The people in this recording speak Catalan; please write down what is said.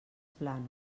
plànols